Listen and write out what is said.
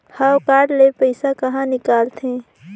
हव कारड ले पइसा कहा निकलथे?